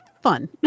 fun